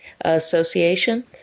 Association